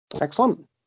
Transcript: excellent